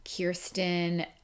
Kirsten